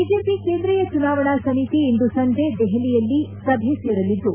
BJP ಕೇಂದ್ರೀಯ ಚುನಾವಣಾ ಸಮಿತಿ ಇಂದು ಸಂಜೆ ದೆಹಲಿಯಲ್ಲಿ ಸಭೆ ಸೇರಲಿದ್ದು